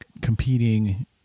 competing